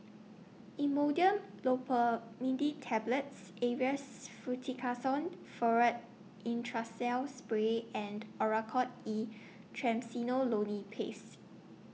Imodium Loperamide Tablets Avamys Fluticasone Furoate Intranasal Spray and Oracort E Triamcinolone Paste